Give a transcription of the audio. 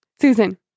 Susan